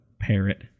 parrot